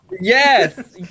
Yes